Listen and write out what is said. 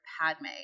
Padme